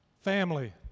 Family